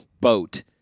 boat